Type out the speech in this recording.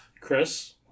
Chris